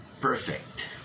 perfect